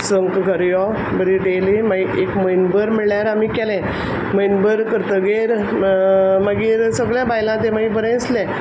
संक घर यो बरें डेली माय एक म्हयन भर म्हळ्ळ्यार आमी केलें म्हयन भर करतगीर मागीर सगल्यां बायलां तें मागी बरें दिसलें